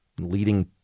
leading